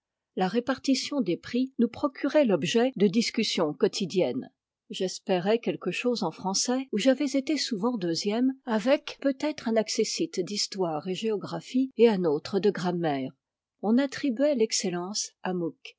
la répartition des prix nous procurait l'objet de discussions quotidiennes j'espérais quelque chose en français où j'avais été souvent deuxième avec peut-être un accessit d histoire et géographie et un autre de grammaire on attribuait l'excellence